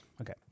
Okay